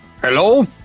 Hello